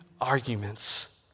arguments